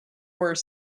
were